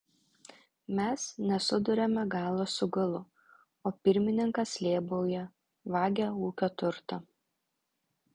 mes nesuduriame galo su galu o pirmininkas lėbauja vagia ūkio turtą